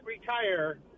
retire